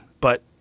But-